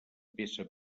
peça